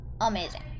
amazing